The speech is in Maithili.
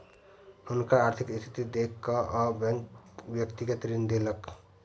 हुनकर आर्थिक स्थिति देख कअ बैंक व्यक्तिगत ऋण देलक